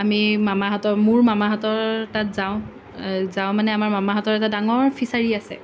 আমি মামাহঁতৰ মোৰ মামাহঁতৰ তাত যাওঁ যাওঁ মানে আমাৰ মামাহঁতৰ এটা ডাঙৰ ফিচাৰী আছে